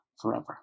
forever